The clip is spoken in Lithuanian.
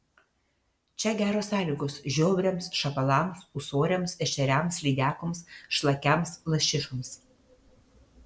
čia geros sąlygos žiobriams šapalams ūsoriams ešeriams lydekoms šlakiams lašišoms